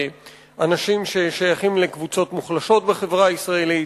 אנשים ששייכים לקבוצות מוחלשות בקבוצה הישראלית.